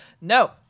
No